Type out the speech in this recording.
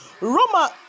Roma